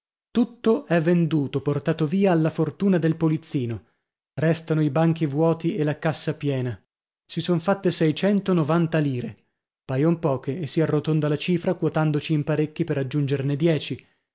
tutto è venduto portato via alla fortuna del polizzino restano i banchi vuoti e la cassa piena si son fatte seicento novanta lire paion poche e si arrotonda la cifra quotandoci in parecchi per aggiungerne dieci